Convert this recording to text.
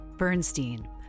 Bernstein